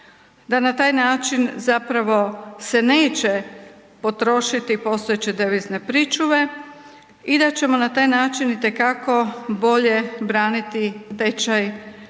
da na taj način zapravo se neće potrošiti postojeće devizne pričuve i da ćemo na taj način itekako braniti tečaj naše